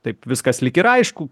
taip viskas lyg ir aišku